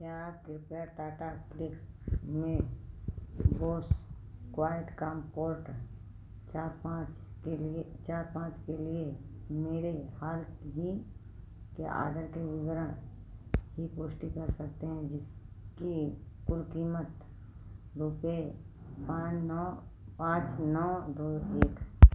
क्या आप कृपया टाटा क्लिक में बोस क्वाइटकॉम्फोर्ट चार पाँच के लिए चार पाँच के लिए मेरे हाल ही के ऑर्डर के विवरण की पुष्टि कर सकते हैं जिसकी कुल कीमत रुपये पाँच नौ पाँच नौ दो एक